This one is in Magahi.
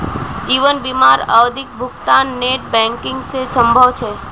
जीवन बीमार आवधिक भुग्तान नेट बैंकिंग से संभव छे?